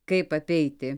kaip apeiti